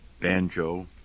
banjo